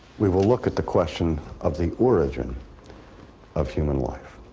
we will look at the question of the origin of human life.